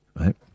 right